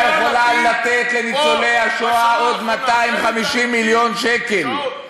יכולה לתת לניצולי השואה עוד 250 מיליון שקל,